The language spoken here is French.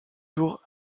tour